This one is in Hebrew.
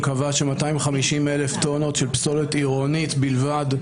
קבע ש-250,000 טונות של פסולת עירונית בלבד,